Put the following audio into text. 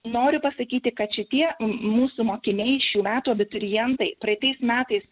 noriu pasakyti kad šitie m mūsų mokiniai šių metų abiturientai praeitais metais